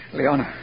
Leona